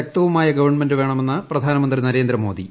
ശക്തവുമായ government വേണമെന്ന് പ്രധാനമന്ത്രി നരേന്ദ്രമോദി